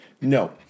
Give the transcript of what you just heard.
No